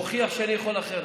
אני מוכיח שאני יכול אחרת.